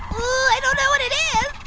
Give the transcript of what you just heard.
ah i don't know what it is.